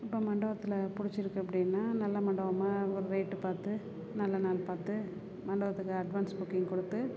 இப்போ மண்டபத்தில் பிடிச்சிருக்கு அப்படின்னா நல்ல மண்டபமாக ஒரு ரேட்டு பார்த்து நல்ல நாள் பார்த்து மண்டபத்துக்கு அட்வான்ஸ் புக்கிங் கொடுத்து